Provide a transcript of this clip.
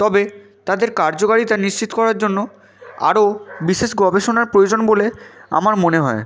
তবে তাদের কার্যকারিতা নিশ্চিত করার জন্য আরও বিশেষ গবেষণার প্রয়োজন বলে আমার মনে হয়